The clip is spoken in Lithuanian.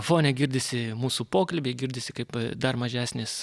fone girdisi mūsų pokalbiai girdisi kaip dar mažesnis